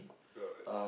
alright